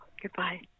Goodbye